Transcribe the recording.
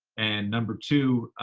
and number two,